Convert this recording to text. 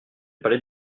parler